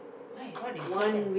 why what you that